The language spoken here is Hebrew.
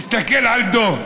תסתכל על דב,